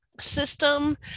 system